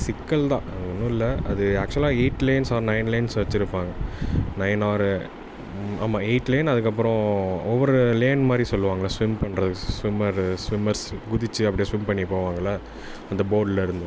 சிக்கல் தான் அது ஒன்றுல்ல அது ஆக்சுவலாக eight lanes or nine lanes வெச்சுருப்பாங்க நைன் ஆர் ஆமாம் எயிட் லேன் அதுக்கப்புறோம் ஒவ்வொரு லேன் மாதிரி சொல்லுவாங்கள்லை ஸ்விம் பண்ணுறதுக்கு ஸ்விம்மரு ஸ்விம்மர்ஸ் குதிச்சு அப்படியே ஸ்விம் பண்ணிப் போவாங்கள்லை அந்த போர்ட்லேருந்து